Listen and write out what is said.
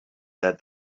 said